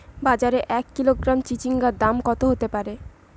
বাজারে এক কিলোগ্রাম চিচিঙ্গার দাম কত হতে পারে?